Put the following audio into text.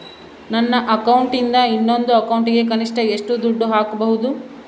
ನನ್ನ ಅಕೌಂಟಿಂದ ಇನ್ನೊಂದು ಅಕೌಂಟಿಗೆ ಕನಿಷ್ಟ ಎಷ್ಟು ದುಡ್ಡು ಹಾಕಬಹುದು?